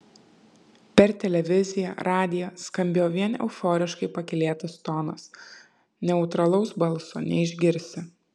per televiziją radiją skambėjo vien euforiškai pakylėtas tonas neutralaus balso neišgirsi